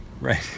Right